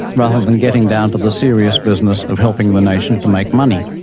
rather than getting down to the serious business of helping the nation to make money.